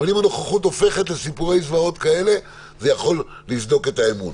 אבל אם הנוכחות הופכת לסיפורי זוועות כאלה זה יכול לסדוק את האמון.